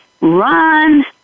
run